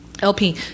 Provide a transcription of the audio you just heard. LP